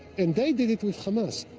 and they did it with hamas.